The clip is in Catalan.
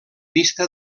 pista